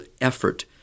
effort